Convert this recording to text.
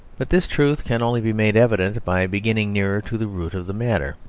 but this truth can only be made evident by beginning nearer to the root of the matter.